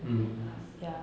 mm